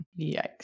Yikes